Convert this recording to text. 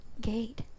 gate